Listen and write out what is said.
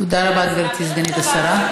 תודה רבה, גברתי סגנית השר.